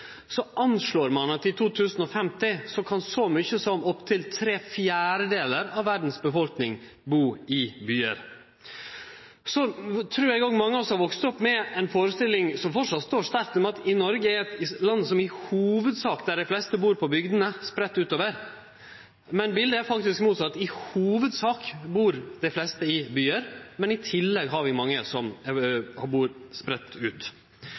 anslår ein at i 2050 kan så mykje som opp til tre fjerdedelar av verdas befolkning bu i byar. Eg trur også at mange av oss har vakse opp med ei førestilling som fortsatt står sterkt om at Noreg er eit land der ein i hovudsak bur på bygdene – spreitt utover. Men bildet er faktisk motsett. I hovudsak bur dei fleste i byar. I tillegg har ein mange som